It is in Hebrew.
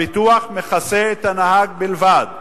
הביטוח מכסה את הנהג בלבד.